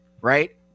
Right